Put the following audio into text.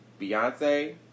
Beyonce